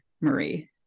Marie